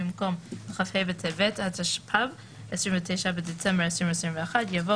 במקום "כ"ה בטבת התשפ"ב (29 בדצמבר 2021)" יבוא